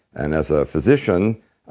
and as a physician,